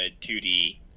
2D